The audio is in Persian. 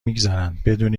میگذرن، بدون